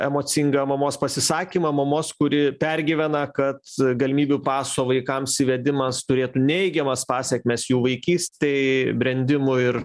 emocingą mamos pasisakymą mamos kuri pergyvena kad galimybių paso vaikams įvedimas turėtų neigiamas pasekmes jų vaikystei brendimui ir